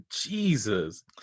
Jesus